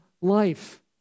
life